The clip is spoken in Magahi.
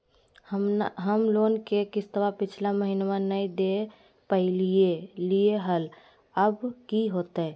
हम लोन के किस्तवा पिछला महिनवा नई दे दे पई लिए लिए हल, अब की होतई?